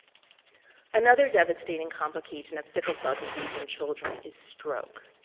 another devastating complication of sickle cell disease in children is stroke.